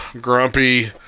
grumpy